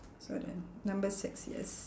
so then number six yes